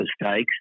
mistakes